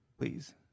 please